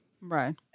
Right